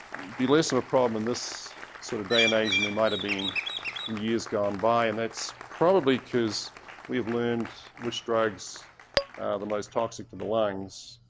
be less of a problem in this sort of day and age than they might've been years gone by and that's probably because we've learned which drugs are the most toxic to the lungs